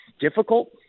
difficult